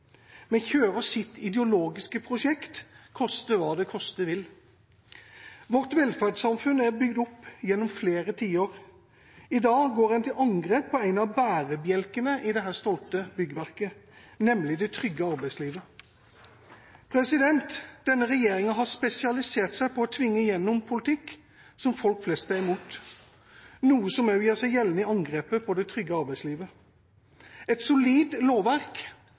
men som kjører sitt ideologiske prosjekt, koste hva det koste vil. Vårt velferdssamfunn er bygd opp gjennom flere tiår. I dag går en til angrep på en av bærebjelkene i dette stolte byggverket, nemlig det trygge arbeidslivet. Denne regjeringa har spesialisert seg på å tvinge gjennom politikk som folk flest er imot – noe som også gjør seg gjeldende i angrepet på det trygge arbeidslivet. Et solid lovverk,